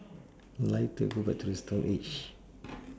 like to go back to the stone age